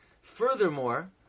Furthermore